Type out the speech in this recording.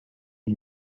ils